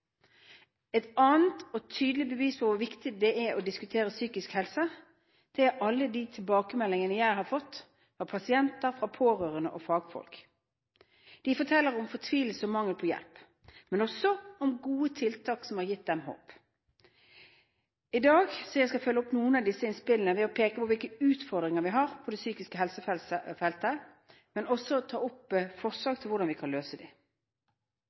Et annet og tydelig bevis på hvor viktig det er å diskutere psykisk helse er alle de tilbakemeldingene jeg har fått fra pasienter, fra pårørende og fra fagfolk. De forteller om fortvilelse og mangel på hjelp, men også om gode tiltak som har gitt dem håp. Jeg skal følge opp noen av disse innspillene ved å peke på hvilke utfordringer vi har på det psykiske helsefeltet, men også ta opp forslag til hvordan vi kan løse